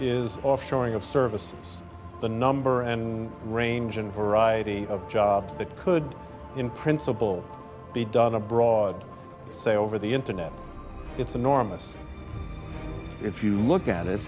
is offshoring of services the number and range and variety of jobs that could in principle be done abroad say over the internet it's enormous if you look at it